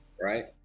Right